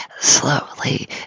slowly